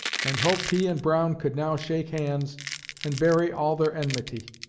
and hoped he and brown could now shake hands and bury all their enmity.